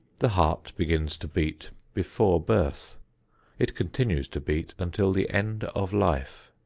the heart begins to beat before birth it continues to beat until the end of life.